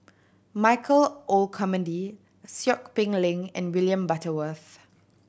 Michael Olcomendy Seow Peck Leng and William Butterworth